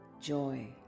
joy